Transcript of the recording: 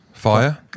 Fire